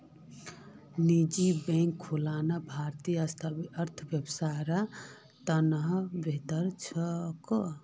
निजी बैंक खुलना भारतीय अर्थव्यवस्थार त न बेहतर छेक